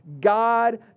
God